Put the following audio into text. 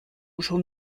schon